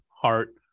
heart